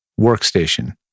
workstation